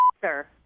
sir